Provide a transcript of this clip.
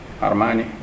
Armani